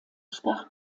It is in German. sprach